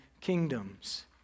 kingdoms